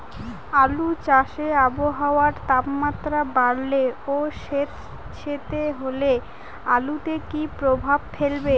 আলু চাষে আবহাওয়ার তাপমাত্রা বাড়লে ও সেতসেতে হলে আলুতে কী প্রভাব ফেলবে?